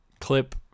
clip